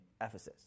Ephesus